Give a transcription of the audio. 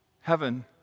Heaven